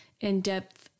in-depth